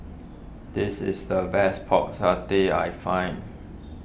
this is the best Pork Satay I find